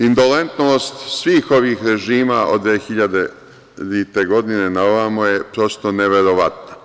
Indolentnost svih ovih režima od 2000. godine na ovamo je prosto neverovatna.